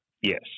Yes